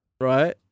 Right